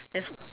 just